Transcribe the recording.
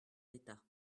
d’état